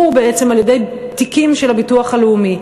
בעצם על-ידי תיקים של הביטוח הלאומי.